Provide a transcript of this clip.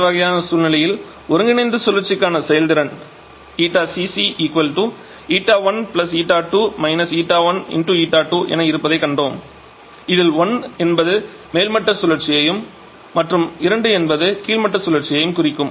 இந்த வகையான சூழ்நிலையில் ஒருங்கிணைந்த சுழற்சிக்கான செயல்திறன் 𝜂𝐶𝐶 𝜂1 𝜂2 − 𝜂1 𝜂2 என இருப்பதைக் கண்டோம் இதில் 1 என்பது மேல்மட்ட சுழற்சியையும் மற்றும் 2 என்பது கீழ்மட்ட சுழற்சியையும் குறிக்கும்